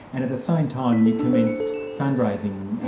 and at the same time you commenced fund-raising